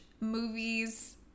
movies